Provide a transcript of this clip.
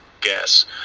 guess